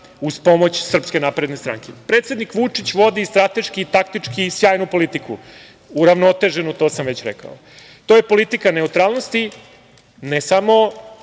uz pomoć SNS.Predsednik Vučić vodi strateški, taktički sjajnu politiku, uravnoteženu, to sam već rekao. To je politika neutralnosti, ne samo